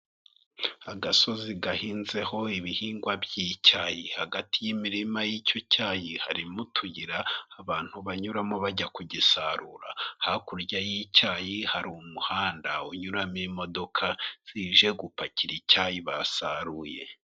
Agasozi gahinzeho ibihingwa by'icyayi, hagati y'imirima y'icyo cyayi harimo utuyira abantu banyuramo bajya kugisarura. Hakurya y'icyayi hari umuhanda unyuramo imodoka zije gupakira icyayi basaruye.